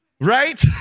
right